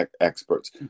experts